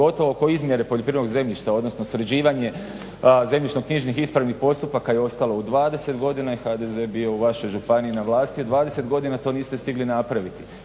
pogotovo oko izmjere poljoprivrednog zemljišta odnosno sređivanje zemljišno-knjižnih ispravnih postupaka i ostalo. U 20 godina je HDZ bio u vašoj županiji na vlasti. U 20 godina to niste stigli napraviti.